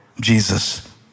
Jesus